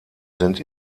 sind